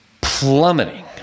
plummeting